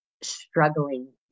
struggling